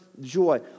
joy